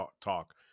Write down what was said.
talk